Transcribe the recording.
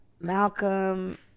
Malcolm